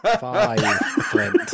Five